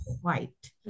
white